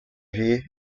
vir